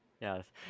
yes